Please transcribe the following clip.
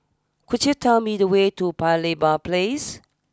could you tell me the way to Paya Lebar place